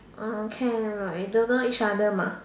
uh can but we don't know each other mah